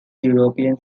european